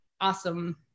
awesome